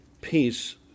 peace